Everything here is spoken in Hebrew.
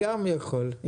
על